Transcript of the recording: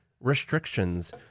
restrictions